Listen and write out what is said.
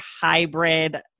hybrid